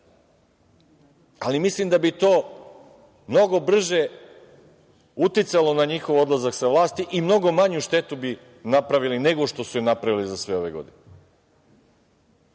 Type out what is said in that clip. Mislim da bi to mnogo brže uticalo na njihov odlazak sa vlasti i mnogo manju štetu bi napravili nego što su im napravili za sve ove godine.Zašto